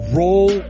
roll